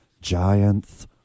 giants